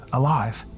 alive